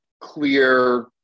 clear